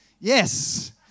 Yes